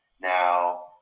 now